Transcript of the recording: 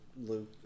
Luke